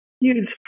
huge